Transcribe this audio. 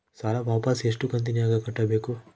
ಸಾಲ ವಾಪಸ್ ಎಷ್ಟು ಕಂತಿನ್ಯಾಗ ಕಟ್ಟಬೇಕು?